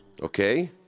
Okay